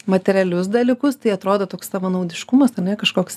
materialius dalykus tai atrodo toks savanaudiškumas ar ne kažkoks